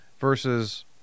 versus